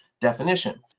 definition